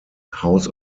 house